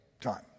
time